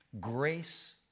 Grace